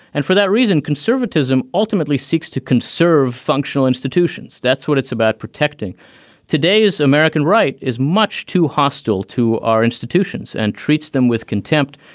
and for that reason, conservatism ultimately seeks to conserve functional institutions. that's what it's about. protecting today's american right is much too hostile to our institutions and treats them with contempt.